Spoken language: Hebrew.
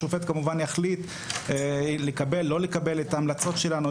השופט כמובן יחליט אם לקבל או לא לקבל את ההמלצות שלנו,